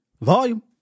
Volume